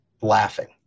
laughing